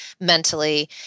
mentally